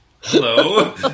hello